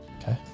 okay